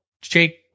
Jake